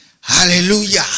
hallelujah